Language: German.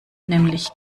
nämlich